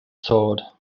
sword